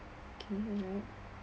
okay alright